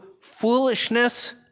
foolishness